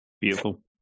Beautiful